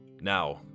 now